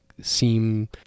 seem